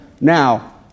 Now